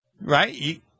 right